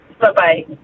Bye-bye